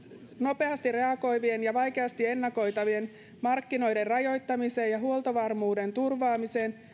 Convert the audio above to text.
nopeasti reagoivien ja vaikeasti ennakoitavien markkinoiden rajoittamiseen ja huoltovarmuuden turvaamiseen